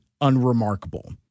unremarkable